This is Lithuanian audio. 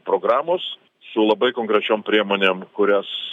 programos su labai konkrečiom priemonėm kurias